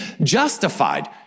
justified